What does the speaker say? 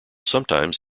sometimes